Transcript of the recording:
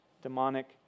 demonic